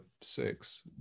six